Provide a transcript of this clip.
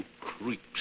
creeps